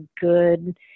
good